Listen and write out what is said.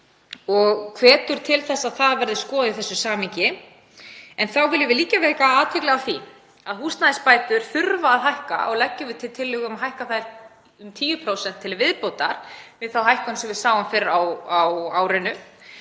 og hvetur til þess að það verði skoðað í þessu samhengi. En þá viljum við líka vekja athygli á því að húsnæðisbætur þurfa að hækka. Við leggjum til að hækka þær um 10% til viðbótar við þá hækkun sem við sáum fyrr á árinu